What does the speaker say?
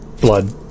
blood